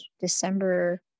December